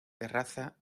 terraza